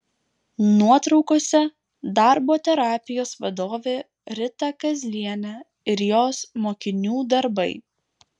nuotraukose darbo terapijos vadovė rita kazlienė ir jos mokinių darbai